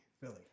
Philly